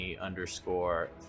underscore